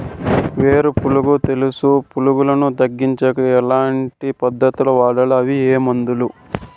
వేరు పులుగు తెలుసు పులుగులను తగ్గించేకి ఎట్లాంటి పద్ధతులు వాడాలి? అవి ఏ మందులు?